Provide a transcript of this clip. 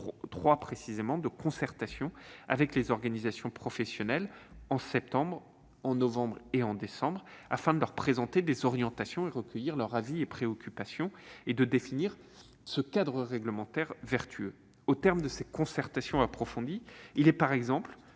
trois réunions de concertation avec les organisations professionnelles, en septembre, novembre et décembre, afin de leur présenter diverses orientations et de recueillir leurs avis et préoccupations. Ce faisant, nous cherchons à définir un cadre réglementaire vertueux. Au terme de cette concertation approfondie, il est par exemple